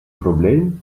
probleem